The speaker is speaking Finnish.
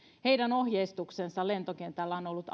heidän ohjeistuksensa lentokentällä on ollut